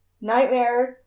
nightmares